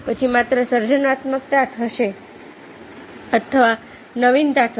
પછી માત્ર સર્જનાત્મકતા થશે અથવા નવીનતા થશે